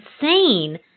insane